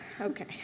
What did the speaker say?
Okay